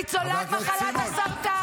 ניצולת מחלת הסרטן,